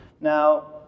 Now